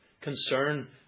concern